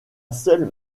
seule